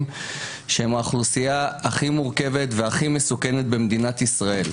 שהיא האוכלוסייה הכי מורכבת והכי מסוכנת במדינת ישראל.